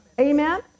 Amen